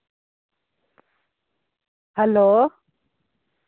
hello